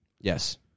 Yes